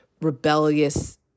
rebellious